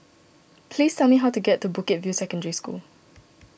please tell me how to get to Bukit View Secondary School